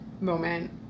moment